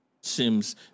Sims